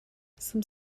some